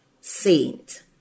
saint